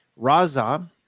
Raza